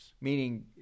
Meaning